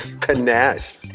panache